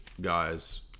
guy's